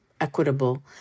equitable